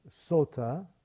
sota